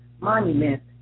monument